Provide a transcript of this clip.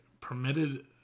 permitted